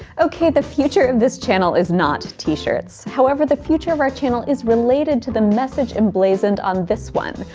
ok, the future of this channel is not t-shirts, however the future of our channel is related to the message emblazoned on this one,